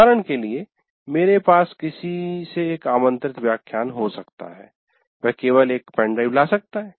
उदाहरण के लिए मेरे पास किसी से एक आमंत्रित व्याख्यान हो सकता है वह केवल एक पेन ड्राइव ला सकता है